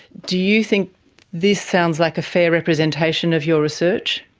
do you think this sounds like a fair representation of your research?